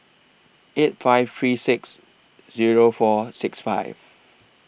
eight five three six Zero four six five